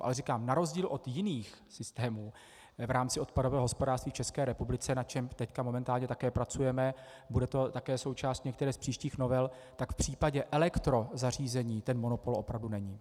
Ale říkám, na rozdíl od jiných systémů v rámci odpadového hospodářství v České republice, na čemž teď momentálně také pracujeme, bude to také součást některé z příštích novel, tak v případě elektrozařízení ten monopol opravdu není.